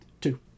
Two